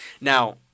Now